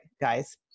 guys